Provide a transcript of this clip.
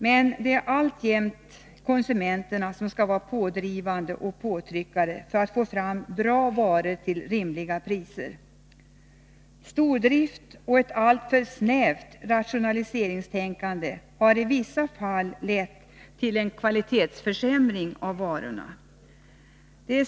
Men det är alltjämt konsumenterna som skall vara pådrivande och påtryckare för att få fram bra varor till rimliga priser. Stordrift och ett alltför snävt rationaliseringstänkande har i vissa fall lett till en kvalitetsförsämring av varorna.